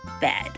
bed